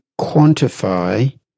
quantify